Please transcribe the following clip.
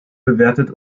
bewertet